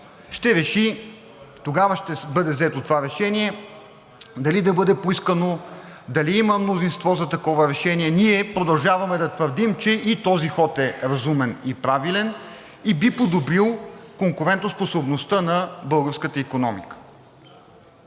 и тогава ще бъде взето това решение – дали да бъде поискано, дали има мнозинство за такова решение. Ние продължаваме да твърдим, че и този ход е разумен и правилен и би подобрил конкурентоспособността на българската икономика.